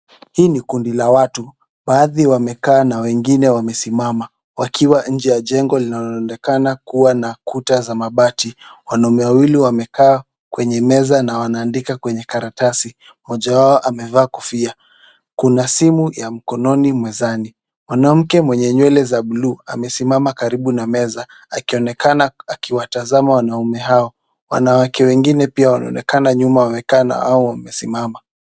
Hii ni kundi la watu, baadhi wamekaa na wengine wamesimama wakiwa nje ya jengo linaloonekana kuwa na Kuta za mabati. Wanaume wawili wamekaa kwenye meza na wanaandika kwenye karatasi, moja wao amevaa kofia. Kuna simu ya mkononi mezani , mwanamke mwenye nywele za buluu amesimama karibu na meza akionekana akiwatazama wanaume hao. Wanawake wengine pia wanaonekana nyuma wamekaa na au wamesimama.